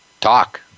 talk